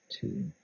two